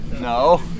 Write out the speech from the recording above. No